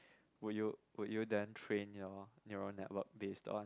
would you would you dare train your neuro network base on